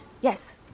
Yes